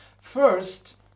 First